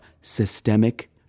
systemic